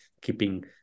keeping